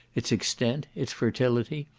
its extent, its fertility,